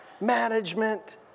management